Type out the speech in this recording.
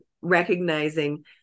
recognizing